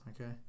okay